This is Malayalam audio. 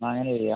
അങ്ങനെ ചെയ്യാം